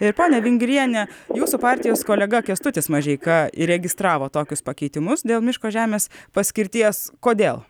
ir pone vingriene jūsų partijos kolega kęstutis mažeika įregistravo tokius pakeitimus dėl miško žemės paskirties kodėl